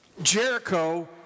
Jericho